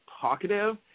talkative